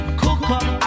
cook-up